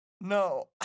No